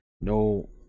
No